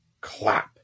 Clap